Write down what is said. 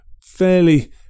fairly